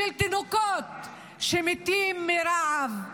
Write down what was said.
של תינוקות שמתים מרעב,